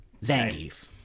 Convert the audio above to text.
zangief